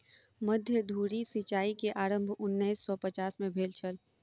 मध्य धुरी सिचाई के आरम्भ उन्नैस सौ पचास में भेल छल